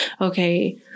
Okay